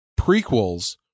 prequels